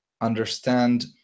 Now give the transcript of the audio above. understand